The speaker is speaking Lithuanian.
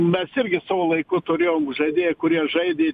mes irgi savo laiku turėjom žaidėjų kurie žaidė